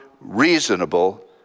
reasonable